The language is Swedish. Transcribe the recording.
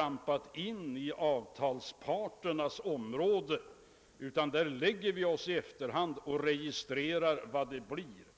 trampa in på avtalsparternas område. När det gäller lönehöjningarna lägger vi oss i efterhand och registrerar vad de blir.